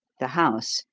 the house,